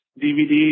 DVD